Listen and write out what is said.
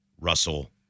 Russell